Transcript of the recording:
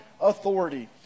authority